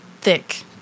Thick